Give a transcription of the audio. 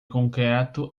concreto